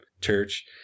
church